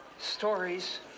stories